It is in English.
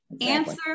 Answer